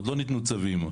עוד לא ניתנו צווים.